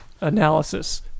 analysis